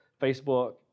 Facebook